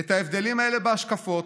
את ההבדלים האלה בהשקפות,